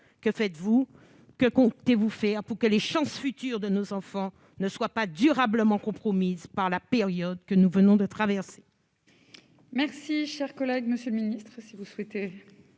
Que faites-vous, que comptez-vous faire pour que les chances futures de nos enfants ne soient pas durablement compromises par la période que nous venons de traverser ?